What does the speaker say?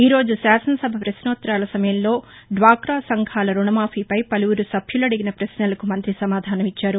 ఈరోజు శాసనసభ పశ్నోత్తరాల సమయంలో డ్వాకా సంఘాల రుణమాఖీపై పలువురు సభ్యులు అడిగిన పశ్నలకు మంతి సమాధానమిచ్చారు